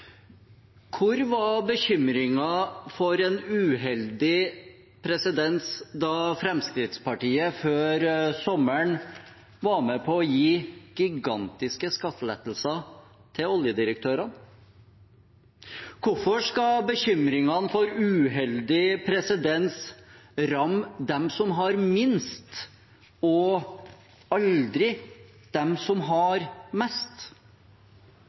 hvor var bekymringen for en uheldig presedens da Fremskrittspartiet før sommeren var med på å gi gigantiske skattelettelser til oljedirektørene? Hvorfor skal bekymringene for uheldig presedens ramme dem som har minst, og aldri dem som har mest?